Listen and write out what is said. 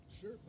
Sure